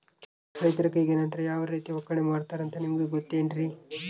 ರೈತರ ಕೈಗೆ ನಂತರ ಯಾವ ರೇತಿ ಒಕ್ಕಣೆ ಮಾಡ್ತಾರೆ ಅಂತ ನಿಮಗೆ ಗೊತ್ತೇನ್ರಿ?